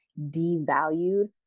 devalued